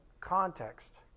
context